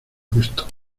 puesto